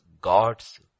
God's